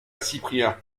cyprien